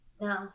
No